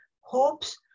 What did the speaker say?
hopes